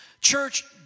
Church